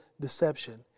deception